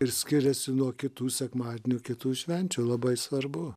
ir skiriasi nuo kitų sekmadienių kitų švenčių labai svarbu